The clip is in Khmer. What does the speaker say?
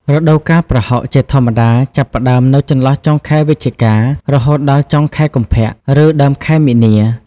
រដូវកាលប្រហុកជាធម្មតាចាប់ផ្តើមនៅចន្លោះចុងខែវិច្ឆិកា រហូតដល់ចុងខែកុម្ភៈ ឬដើមខែមីនា។